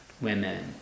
women